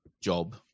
job